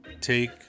take